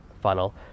funnel